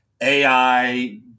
AI